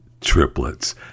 triplets